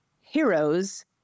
heroes